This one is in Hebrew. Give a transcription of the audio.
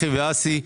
ואסי.